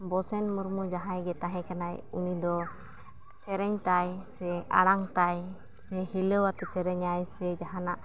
ᱵᱚᱥᱮᱱ ᱢᱩᱨᱢᱩ ᱡᱟᱦᱟᱸᱭ ᱜᱮ ᱛᱟᱦᱮᱸ ᱠᱟᱱᱟᱭ ᱩᱱᱤᱫᱚ ᱥᱮᱨᱮᱧᱛᱟᱭ ᱥᱮ ᱟᱲᱟᱝᱛᱟᱭ ᱥᱮ ᱦᱤᱞᱟᱹᱣ ᱟᱛᱮᱫ ᱥᱮᱨᱮᱧᱟᱭ ᱥᱮ ᱡᱟᱦᱟᱱᱟᱜ